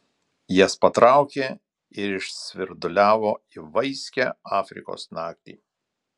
jas patraukė ir išsvirduliavo į vaiskią afrikos naktį